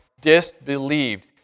disbelieved